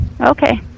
Okay